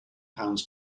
pounds